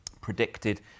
predicted